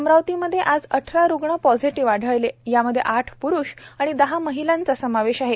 अमरावतीमध्ये आज अठरा रुग्ण पॉझिटिव्ह आढळले यामध्ये आठ प्रुष आणि दहा महिलांचा समावेश आहे